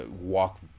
walk